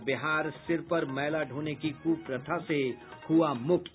और बिहार सिर पर मैला ढोने की कुप्रथा से हुआ मुक्त